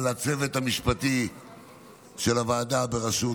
אדוני היושב-ראש,